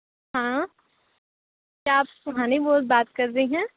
हाँ क्या आप सुहानी बोल बात कर रही हैं